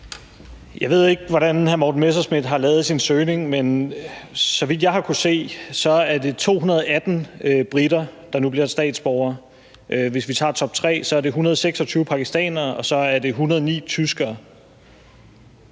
Jeg ved ikke, hvordan hr. Morten Messerschmidt har lavet sin søgning, men så vidt jeg har kunnet se, er det 218 briter, der nu bliver statsborgere. Hvis vi tager toptre, er det 126 pakistanere og 109 tyskere.